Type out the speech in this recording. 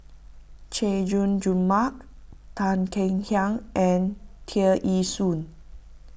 Chay Jung Jun Mark Tan Kek Hiang and Tear Ee Soon